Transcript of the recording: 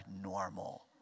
normal